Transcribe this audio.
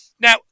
now